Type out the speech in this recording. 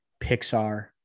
Pixar